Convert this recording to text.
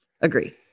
Agree